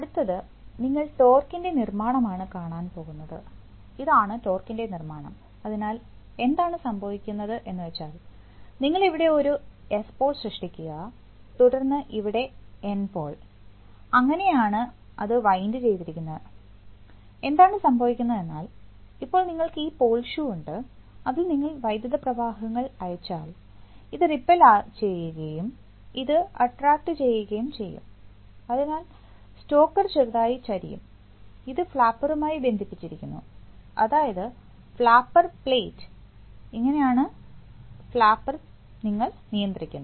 അടുത്തത് നിങ്ങൾ ടോർക്കിന്റെ നിർമ്മാണം ആണ് കാണാൻ പോകുന്നത് ഇതാണ് ടോർക്കിൻറെ നിർമ്മാണം അതിനാൽ എന്താണ് സംഭവിക്കുന്നത് എന്ന് വെച്ചാൽ നിങ്ങൾ ഇവിടെ ഒരു എസ് പോൾ സൃഷ്ടിക്കുക തുടർന്ന് ഇവിടെ എൻ പോൾ അങ്ങനെയാണ് ആണ് അത് വൈൻഡ് ചെയ്തിരിക്കുന്നത് എന്താണ് സംഭവിക്കുന്നത് എന്നാൽ ഇപ്പോൾ നിങ്ങൾക്ക് ഈ പോൾ ഷൂ ഉണ്ട് അതിൽ നിങ്ങൾ വൈദ്യുത പ്രവാഹങ്ങൾൾ അയച്ചാൽ ഇത് റിപ്അൽ ചെയ്യുകയും ഇത് അറ്റ്റാക്റ്റ് ചെയ്യുകയും ചെയ്യും അതിനാൽ സ്റ്റോക്കർ ചെറുതായി ചരിയും ഇത് ഫ്ലാപ്പർമായി ബന്ധിപ്പിച്ചിരിക്കുന്നു അതായത് ഫ്ലാപ്പർ പ്ലേറ്റ് ഇങ്ങനെയാണ് ആണ് ഫ്ലാപ്പർ നിങ്ങൾ നിയന്ത്രിക്കുന്നത്